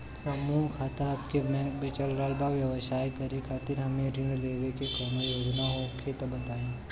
समूह खाता आपके बैंक मे चल रहल बा ब्यवसाय करे खातिर हमे ऋण लेवे के कौनो योजना होखे त बताई?